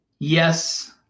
Yes